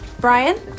Brian